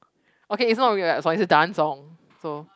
okay it's not really like a song it's a dance song so